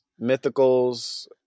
mythicals